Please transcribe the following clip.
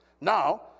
Now